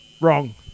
Wrong